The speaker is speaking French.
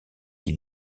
qui